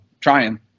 trying